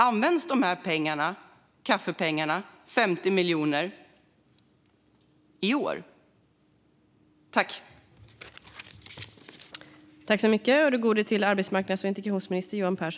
Används dessa pengar, kaffepengarna, 50 miljoner, i år?